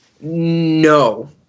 No